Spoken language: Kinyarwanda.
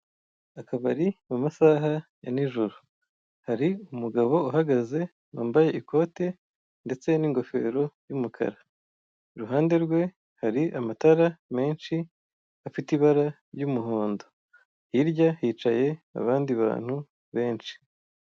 Akabari mu mumasaha ya nijoro, hari umugabo uhagaze wambaye ikote ndetse n'ingofero y'umukara, iruhande rwe hari amatara menshi afite ibara ry'umuhondo, hirya hicaye abandi bantu benshi.